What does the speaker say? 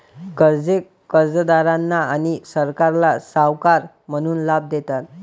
कर्जे कर्जदारांना आणि सरकारला सावकार म्हणून लाभ देतात